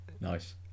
nice